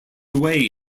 away